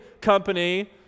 company